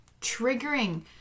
triggering